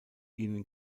ihnen